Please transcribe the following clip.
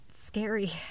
scary